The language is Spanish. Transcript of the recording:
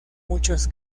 muchos